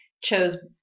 chose